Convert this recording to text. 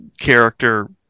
character